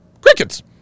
Crickets